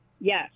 Yes